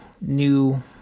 new